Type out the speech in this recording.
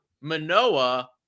Manoa